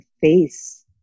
face